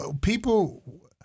People